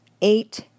Eight